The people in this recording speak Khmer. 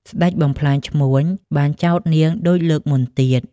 ស្ដេចបំផ្លាញឈ្មួញ បានចោទនាងដូចលើកមុនទៀត ។